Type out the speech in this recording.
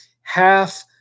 half